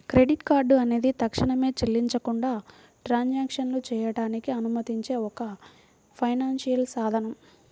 credit card అనేది తక్షణమే చెల్లించకుండా ట్రాన్సాక్షన్లు చేయడానికి అనుమతించే ఒక ఫైనాన్షియల్ సాధనం